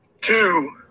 Two